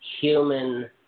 human